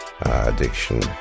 addiction